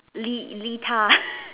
Lee Lee tah